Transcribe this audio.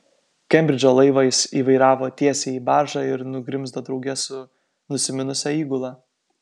kembridžo laivą jis įvairavo tiesiai į baržą ir nugrimzdo drauge su nusiminusia įgula